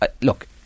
Look